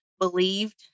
believed